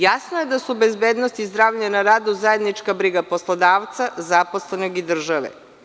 Jasno je da su bezbednost i zdravlje na radu zajednička briga poslodavca, zaposlenog i države.